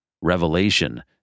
Revelation